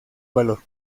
valor